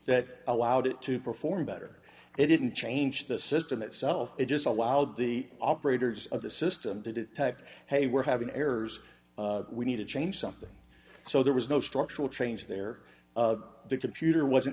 that allowed it to perform better it didn't change the system itself it just allowed the operators of the system to detect hey we're having errors we need to change something so there was no structural change there the computer wasn't